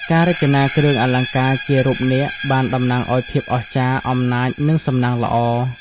ការរចនាគ្រឿងអលង្ការជារូបនាគបានតំណាងឱ្យភាពអស្ចារ្យ អំណាច និងសំណាងល្អ។